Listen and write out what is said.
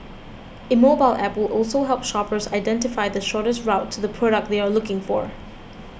a mobile App will also help shoppers identify the shortest to the product they are looking for